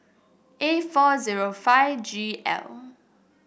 A four zero five G L